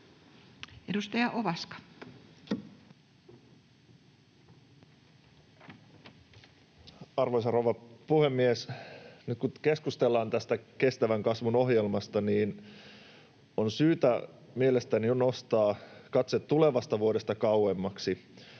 Content: Arvoisa rouva puhemies! Nyt kun keskustellaan tästä kestävän kasvun ohjelmasta, niin mielestäni on syytä jo nostaa katse tulevasta vuodesta kauemmaksi.